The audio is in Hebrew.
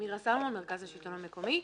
מירה סלומון, מרכז השלטון המקומי.